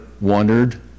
wondered